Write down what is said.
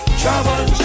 trouble